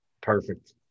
perfect